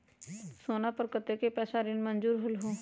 सोना पर कतेक पैसा ऋण मंजूर होलहु?